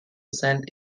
sand